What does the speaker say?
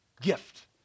Gift